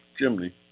chimney